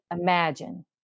Imagine